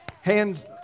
Hands